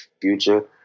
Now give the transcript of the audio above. future